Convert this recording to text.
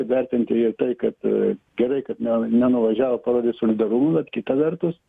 vertinti ir tai kad gerai kad ne nenuvažiavo parodė solidarumą bet kita vertus